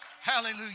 Hallelujah